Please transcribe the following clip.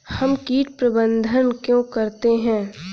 हम कीट प्रबंधन क्यों करते हैं?